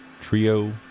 trio